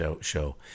show